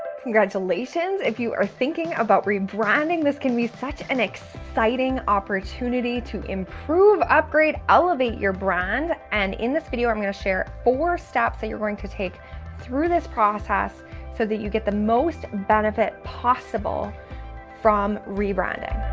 congratulations if you are thinking about rebranding. this can be such an exciting opportunity to improve, upgrade, elevate your brand, and in this video i'm gonna share four steps that you're going to take through this process so that you get the most benefit possible from rebranding.